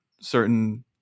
certain